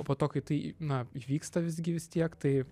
o po to kai tai na įvyksta visgi vis tiek tai